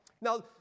Now